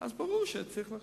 אז ברור שצריך לחשוש,